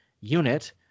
unit